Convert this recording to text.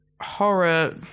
horror